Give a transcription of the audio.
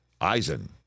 Eisen